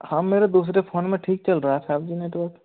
हाँ मेरे दूसरे फोन में ठीक चल रहा है फाइव जी नेटवर्क